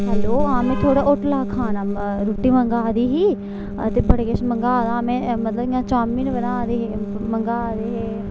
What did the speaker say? hello हां में थुआढ़ा होटला दा खाना रुट्टी मंगाई दी ही आं ते बड़े किश मंगाए दा हा में मतलब इ'यां चामिन बनाए दे हे मंगाए दे हे